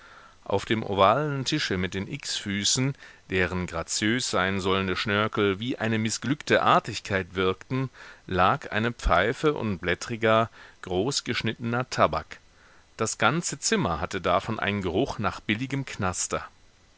auf dem ovalen tische mit den x füßen deren graziös sein sollende schnörkel wie eine mißglückte artigkeit wirkten lag eine pfeife und blättriger großgeschnittener tabak das ganze zimmer hatte davon einen geruch nach billigem knaster